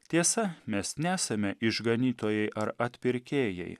tiesa mes nesame išganytojai ar atpirkėjai